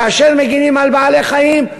כאשר מגינים על בעלי-חיים,